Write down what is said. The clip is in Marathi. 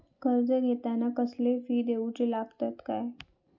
कर्ज घेताना कसले फी दिऊचे लागतत काय?